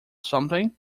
something